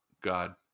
god